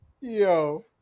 Yo